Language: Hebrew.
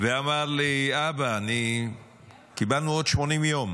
ואמר לי: אבא, קיבלנו עוד 80 יום.